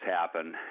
happen